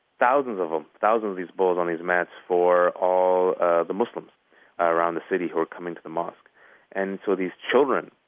thousands of ah these bowls on these mats for all ah the muslims around the city who were coming to the mosque and so these children,